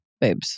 babes